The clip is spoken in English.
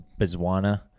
Botswana